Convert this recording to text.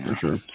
sure